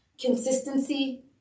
consistency